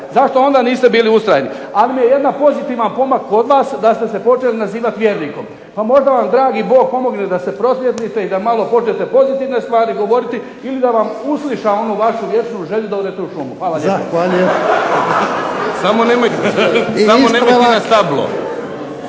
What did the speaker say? Zašto onda niste bili ustrajni. Ali ima jedan pozitivan pomak kod vas, da ste se počeli nazivati vjernikom. Pa možda vam dragi Bog pomogne da se prosvijetlite, i da malo počnete pozitivne stvari govoriti ili da vam usliša onu vašu vječnu želju da odete u šumu. Hvala lijepa. **Jarnjak, Ivan